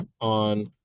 on